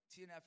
TNF